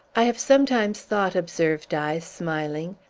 i have sometimes thought, observed i, smiling,